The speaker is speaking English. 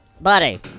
Buddy